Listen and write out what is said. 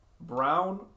brown